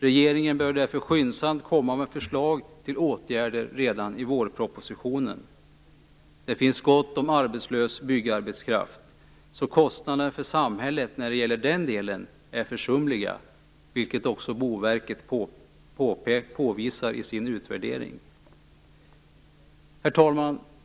Regeringen bör därför skyndsamt komma med förslag till åtgärder redan i vårpropositionen. Det finns gott om arbetslös byggarbetskraft, så kostnaderna för samhället när det gäller den delen är försumliga, vilket också Boverket påvisar i sin utvärdering. Herr talman!